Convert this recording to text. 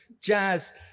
Jazz